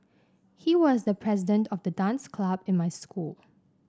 he was the president of the dance club in my school